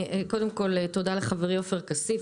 תודה לחברי עופר כסיף,